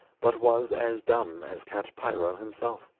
but was as dumb as count piro himself.